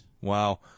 Wow